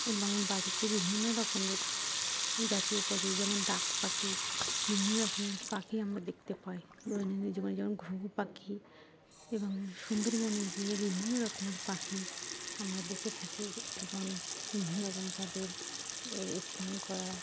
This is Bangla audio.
এবং বাড়িতে বিভিন্ন রকমের জাতীয় পাখি যেমন ডাক পাখি বিভিন্ন রকমের পাখি আমরা দেখতে পাই দৈনন্দিন জীবনে যেমন ঘুঘু পাখি এবং সুন্দরবনে গিয়ে বিভিন্ন রকমের পাখি আমরা দেখে থাকি এবং বিভিন্ন রকম তাদের এর স্নান করা